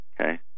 Okay